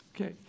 Okay